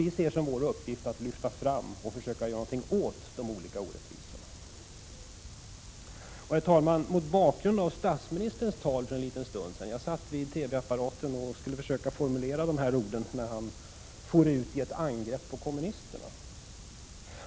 Vi ser som vår uppgift att lyfta fram och försöka göra något åt orättvisorna. Jag satt vid TV-apparaten och försökte formulera dessa ord, när statsministern för någon timme sedan for ut i ett angrepp mot kommunisterna.